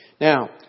Now